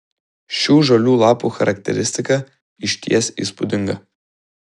šių žalių lapų charakteristika išties įspūdinga